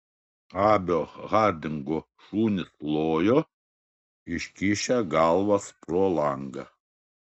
abio hardingo šunys lojo iškišę galvas pro langą